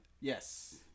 Yes